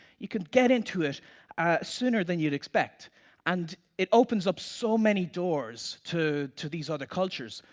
you can get into it sooner than you'd expect and it opens up so many doors to to these other cultures.